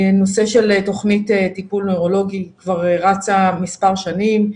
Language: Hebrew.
הנושא של תוכנית טיפול נוירולוגי כבר רצה מספר שנים,